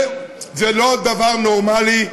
זה לא דבר נורמלי,